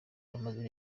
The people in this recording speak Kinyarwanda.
amazemo